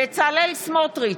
בצלאל סמוטריץ'